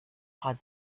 hard